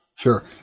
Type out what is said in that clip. Sure